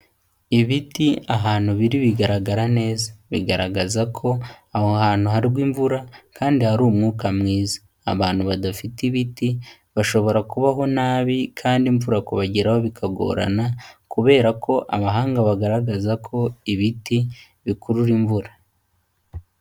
Ibiti ahantu biri bigaragara neza. Bigaragaza ko aho hantu hagwa imvura kandi hari umwuka mwiza, abantu badafite ibiti bashobora kubaho nabi kandi imvura kubageraho bikagorana, kubera ko abahanga bagaragaza ko ibiti bikurura imvura.